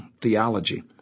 theology